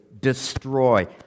destroy